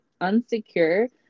unsecure